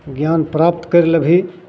ज्ञान प्राप्त करि लेबही